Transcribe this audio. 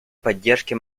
поддержке